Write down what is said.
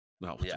No